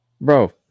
bro